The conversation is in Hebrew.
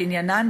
שעניינן,